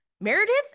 Meredith